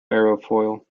aerofoil